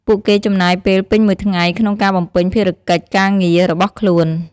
ពួកគេចំណាយពេលពេញមួយថ្ងៃក្នុងការបំពេញភារកិច្ចការងាររបស់ខ្លួន។